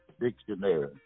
Dictionary